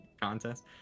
contest